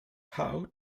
how